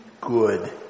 good